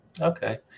Okay